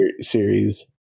series